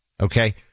okay